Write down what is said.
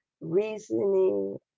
reasoning